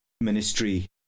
ministry